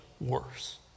worse